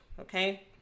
Okay